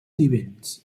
nivells